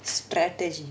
strategy